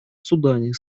судане